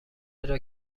چرا